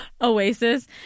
Oasis